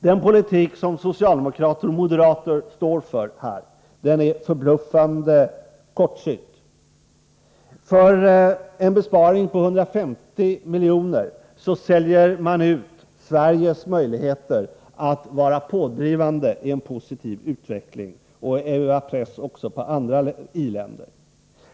Den politik som socialdemokrater och moderater står för på det här området är förbluffande kortsynt. För att uppnå en besparing på 150 miljoner säljer man ut Sveriges möjligheter att vara pådrivande i en positiv utveckling och att utöva press på andra i-länder.